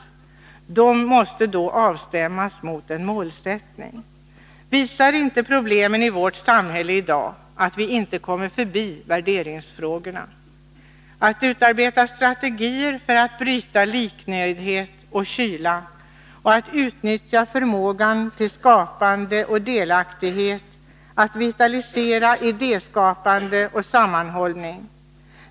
De måste då avstämmas mot en målsättning. Visar inte problemen i vårt samhälle i dag att vi inte kommer förbi värderingsfrågorna: att utarbeta strategier för att bryta liknöjdhet och kyla, att utnyttja förmågan till skapande och delaktighet, att vitalisera idéskapande och sammanhållning.